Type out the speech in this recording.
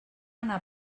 anar